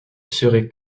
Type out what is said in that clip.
serait